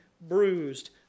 bruised